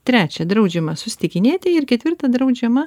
trečia draudžiama susitikinėti ir ketvirta draudžiama